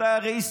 אתה הרי,